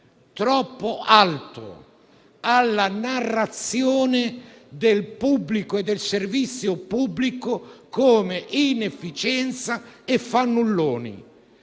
troppo alto alla narrazione del servizio pubblico come inefficienza e fannulloneria.